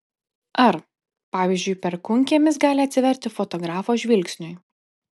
ar pavyzdžiui perkūnkiemis gali atsiverti fotografo žvilgsniui